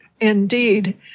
Indeed